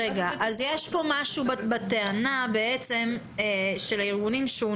משהו נכון בטענה של הארגונים.